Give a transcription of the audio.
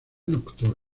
nocturna